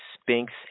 Spinks